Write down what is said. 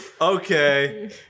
Okay